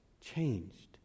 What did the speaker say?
changed